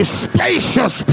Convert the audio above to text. spacious